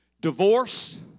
divorce